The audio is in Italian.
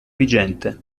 vigente